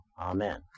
Amen